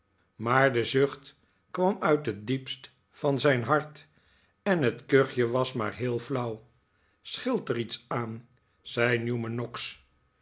maar de zucht kwam uit het diepst van zijn hart en het kuchje was maar heel flauw scheelt er iets aan zei newman noggs